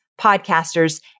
podcasters